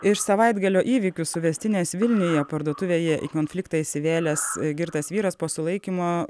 iš savaitgalio įvykių suvestinės vilniuje parduotuvėje į konfliktą įsivėlęs girtas vyras po sulaikymo